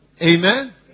Amen